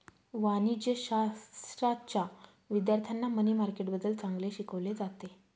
वाणिज्यशाश्राच्या विद्यार्थ्यांना मनी मार्केटबद्दल चांगले शिकवले जाते